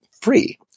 free